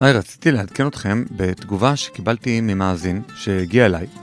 היי, רציתי לעדכן אתכם בתגובה שקיבלתי ממאזין שהגיע אליי.